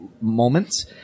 moments